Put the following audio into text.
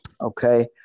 Okay